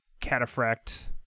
cataphract